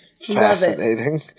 fascinating